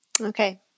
Okay